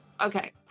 Okay